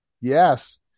yes